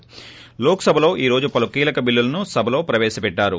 ి లోక్ సభలో ఈ రోజు పలు కీలక బిల్లులను సభలో ప్రవేశపెట్టారు